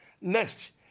Next